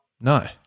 No